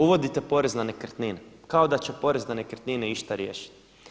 Uvodite porez na nekretnine kao da će porez na nekretnine išta riješiti.